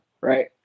right